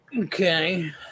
Okay